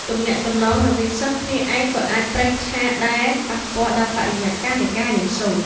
ទំនាក់ទំនងរវាងសិស្សគ្នាឯងក៏អាចប្រេះឆា ដែល ប៉ះពាល់ដល់បរិយាកាសនៃការរៀនសូត្រ។